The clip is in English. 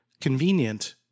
Convenient